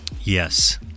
Yes